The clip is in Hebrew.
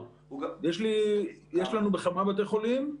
אנחנו מתמודדים עם עומס תחלואה.